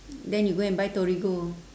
then you go and buy torigo